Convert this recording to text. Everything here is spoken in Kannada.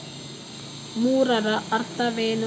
ಮೂರರ ಅರ್ಥವೇನು?